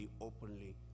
openly